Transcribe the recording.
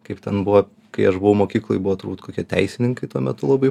kaip ten buvo kai aš buvau mokykloj buvo turbūt kokie teisininkai tuo metu labai